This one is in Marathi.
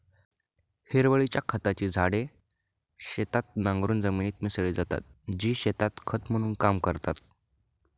हिरवळीच्या खताची झाडे शेतात नांगरून जमिनीत मिसळली जातात, जी शेतात खत म्हणून काम करतात